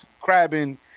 crabbing